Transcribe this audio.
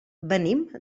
venim